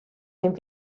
dem